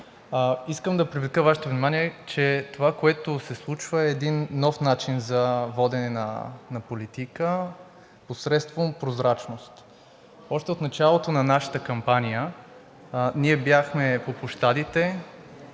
Искам да привлека Вашето внимание, че това, което се случва, е един нов начин за водене на политика посредством прозрачност. Още от началото на нашата кампания ние бяхме по площадите,